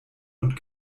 und